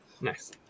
nice